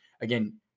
again